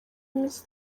iminsi